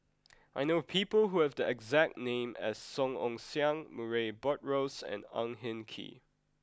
I know people who have the exact name as Song Ong Siang Murray Buttrose and Ang Hin Kee